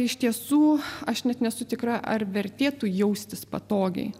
iš tiesų aš net nesu tikra ar vertėtų jaustis patogiai